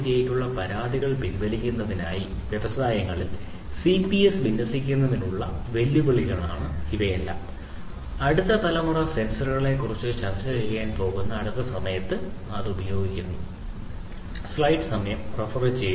0 നുള്ള പരാതികൾ പാലിക്കുന്നതിനായി വ്യവസായങ്ങളിൽ CPS വിന്യസിക്കുന്നതിനുള്ള വെല്ലുവിളികളാണ് ഇവയെല്ലാം അടുത്ത തലമുറ സെൻസറുകളെക്കുറിച്ച് ചർച്ച ചെയ്യാൻ പോകുന്ന അടുത്ത സമയത്ത് അത് ഉപയോഗിക്കാൻ പോകുന്നു